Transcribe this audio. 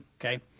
okay